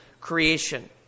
creation